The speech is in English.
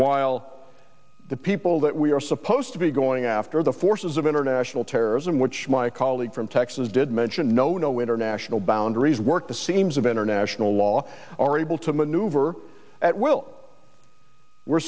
while the people that we are supposed to be going after the forces of international terrorism which my colleague from texas did mention no no international boundaries work the seams of our national law are able to maneuver at will we're